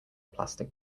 plastic